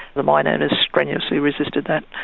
the mineowners strenuously resisted that,